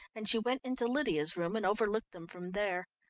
and she went into lydia's room and overlooked them from there.